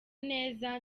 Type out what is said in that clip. neza